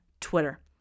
Twitter